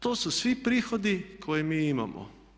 To su svi prihodi koje mi imamo.